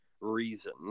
reason